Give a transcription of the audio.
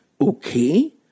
Okay